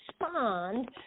respond